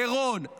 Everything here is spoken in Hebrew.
מירון,